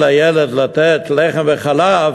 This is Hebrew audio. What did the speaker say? כאשר אין לתת לילד לחם וחלב,